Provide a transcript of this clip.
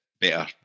better